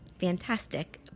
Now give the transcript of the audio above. fantastic